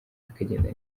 bikagenda